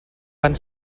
van